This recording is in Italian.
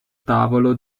tavolo